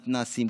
מתנ"סים,